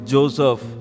Joseph